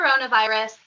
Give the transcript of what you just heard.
coronavirus